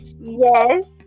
Yes